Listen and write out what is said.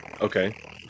Okay